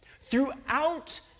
throughout